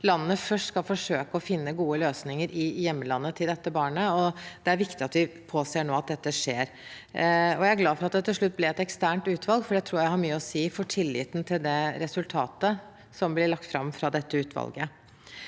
landene først skal forsøke å finne gode løsninger i hjemlandet til barnet, og det er viktig at vi nå påser at dette skjer. Jeg er glad for at det til slutt ble et eksternt utvalg, for det tror jeg har mye å si for tilliten til resultatet som blir lagt fram fra dette utvalget.